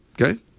Okay